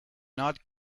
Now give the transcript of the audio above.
not